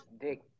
dick